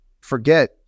forget